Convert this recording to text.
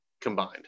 combined